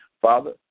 Father